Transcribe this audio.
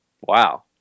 wow